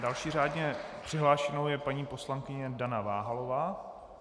Další řádně přihlášenou je paní poslankyně Dana Váhalová.